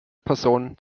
personen